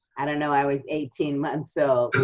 i don't know, i was eighteen months old,